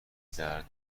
درد